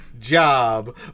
job